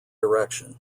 direction